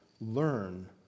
Learn